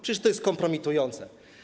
Przecież to jest kompromitujące.